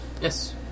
Yes